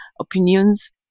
opinions